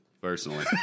personally